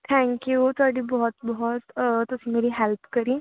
thank you ਤੁਹਾਡੀ ਬਹੁਤ ਬਹੁਤ ਤੁਸੀਂ ਮੇਰੀ ਹੈਲਪ ਕਰੀ